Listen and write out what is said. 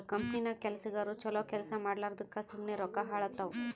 ಕಂಪನಿನಾಗ್ ಕೆಲ್ಸಗಾರು ಛಲೋ ಕೆಲ್ಸಾ ಮಾಡ್ಲಾರ್ದುಕ್ ಸುಮ್ಮೆ ರೊಕ್ಕಾ ಹಾಳಾತ್ತುವ್